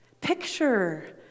Picture